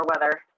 weather